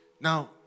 Now